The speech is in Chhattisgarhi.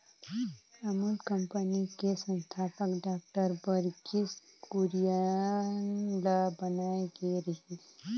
अमूल कंपनी के संस्थापक डॉक्टर वर्गीस कुरियन ल बनाए गे रिहिस